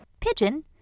Pigeon